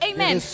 Amen